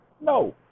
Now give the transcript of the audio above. No